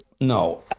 no